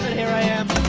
here i am